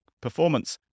performance